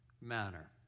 manner